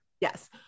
yes